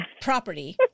property